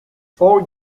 four